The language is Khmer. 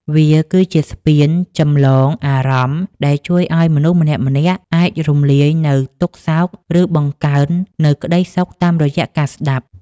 វាគឺជាស្ពានចម្លងអារម្មណ៍ដែលជួយឱ្យមនុស្សម្នាក់ៗអាចរំលាយនូវទុក្ខសោក ឬបង្កើននូវក្ដីសុខតាមរយៈការស្ដាប់។